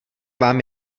vám